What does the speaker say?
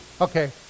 Okay